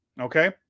Okay